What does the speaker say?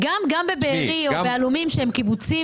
או משווי